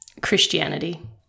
Christianity